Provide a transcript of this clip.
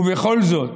ובכל זאת,